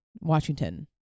Washington